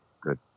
good